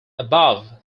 above